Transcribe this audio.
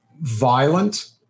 violent